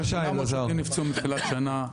480 נפצעו מתחילת שנה.